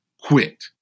quit